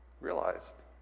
realized